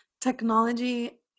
technology